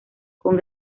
con